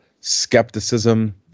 Skepticism